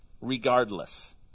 regardless